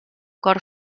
cor